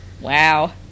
Wow